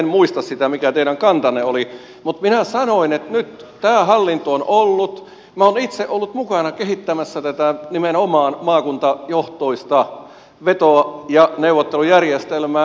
en muista sitä mikä teidän kantanne oli mutta minä sanoin että nyt tämä hallinto on ollut minä olen itse ollut mukana kehittämässä tätä nimenomaan maakuntajohtoista vetoa ja neuvottelujärjestelmää